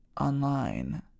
online